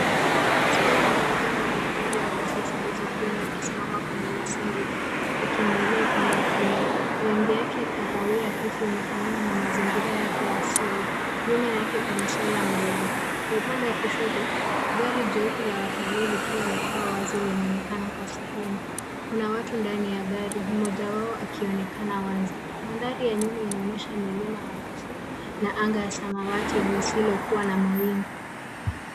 Swala moja mwenye pembe ndefu zilizopinda akisimama kwenye nyasi ndefu akiangalia upande wa kulia ,rangi yake kahawia hafifu inafanana na mazingira yake ya asili nyuma yake kuna swala mdogo, kwa upande wa kushoto gari jeupe la watalii likiwa na paa wazi linaonekana kwa sehemu, kuna watu ndani ya gari mmoja wao akionekana wazi mandhari ya nyuma inaonyesha wanawake lisilokuwa na mawingu.